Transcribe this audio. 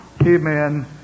Amen